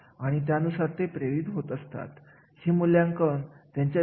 नव्या परिस्थितीमध्ये प्रत्येक ठिकाणी वेगवेगळ्या कार्याचे वेगवेगळे महत्त्व असते